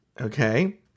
Okay